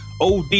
OD